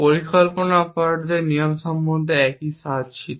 পরিকল্পনা অপারেটরদের নিয়ম সম্পর্কে একই স্বাদ ছিল